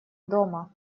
дома